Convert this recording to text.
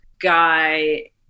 Guy